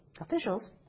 officials